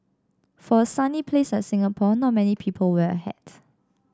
for a sunny place like Singapore not many people wear a hat